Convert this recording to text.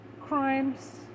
crimes